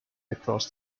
across